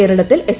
കേരളത്തിൽ എസ്